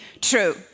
true